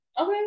Okay